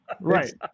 Right